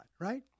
right